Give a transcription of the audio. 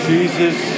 Jesus